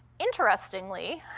interestingly,